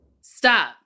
Stop